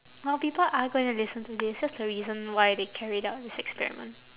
well people are going to listen to this that's the reason why they carried out this experiment